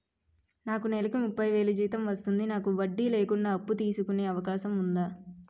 నాకు నేలకు ముప్పై వేలు జీతం వస్తుంది నాకు వడ్డీ లేకుండా అప్పు తీసుకునే అవకాశం ఉందా